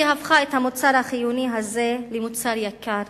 היא הפכה את המוצר החיוני הזה למוצר יקר,